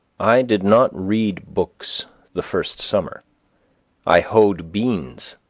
i did not read books the first summer i hoed beans.